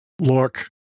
Look